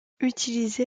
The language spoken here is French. utilisé